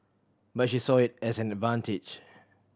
but she saw it as an advantage